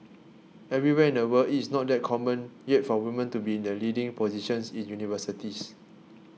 everywhere in the world it is not that common yet for women to be in the leading positions in universities